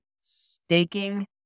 staking